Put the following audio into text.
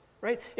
right